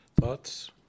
thoughts